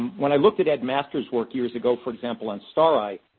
when i looked at ed master's work years ago, for example, on stari,